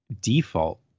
default